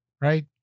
right